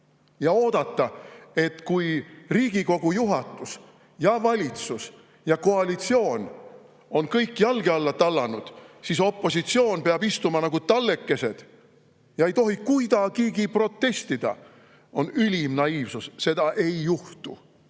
seda, kui Riigikogu juhatus ja valitsus ja koalitsioon on kõik jalge alla tallanud, oodata, et opositsioon peab istuma nagu tallekesed ja ei tohi kuidagigi protestida, on ülim naiivsus. Seda ei juhtu.